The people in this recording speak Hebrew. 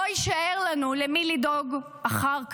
לא יישאר לנו למי לדאוג אחר כך.